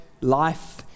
life